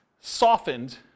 softened